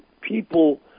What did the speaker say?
people